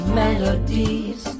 melodies